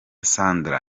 sahara